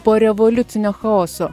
porevoliucinio chaoso